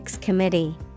Committee